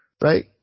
Right